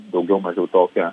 daugiau mažiau tokią